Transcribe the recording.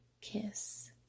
kiss